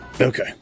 Okay